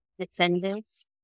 descendants